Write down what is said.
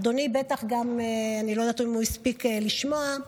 אדוני, אני לא יודעת אם הוא הספיק לשמוע,